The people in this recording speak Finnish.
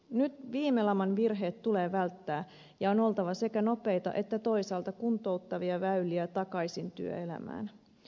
nyt viime laman virheet tulee välttää ja on oltava sekä nopeita että toisaalta kuntouttavia väyliä takaisin työelämään